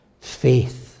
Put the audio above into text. Faith